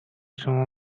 شما